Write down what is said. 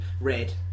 red